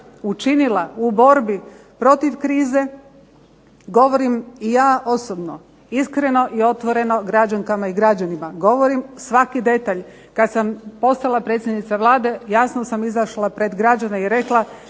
učinila u borbi protiv krize. Govorim ja osobno, iskreno i otvoreno građanima i građankama, govorim svaki detalj kada sam postala predsjednica Vlade jasno sam izašla pred građane i rekla